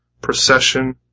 procession